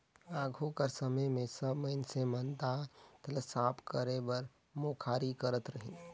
आघु कर समे मे सब मइनसे मन दात ल साफ करे बर मुखारी करत रहिन